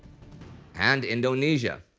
and indonesia.